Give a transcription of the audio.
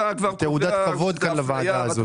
תעודת כבוד לוועדה הזאת.